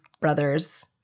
brother's